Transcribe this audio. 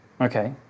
Okay